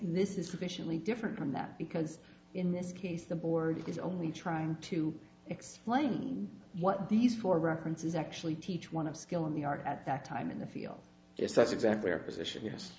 this is sufficiently different from that because in this case the board is only trying to explain what these four references actually teach one of skill in the art at that time in the field is that exact their position yes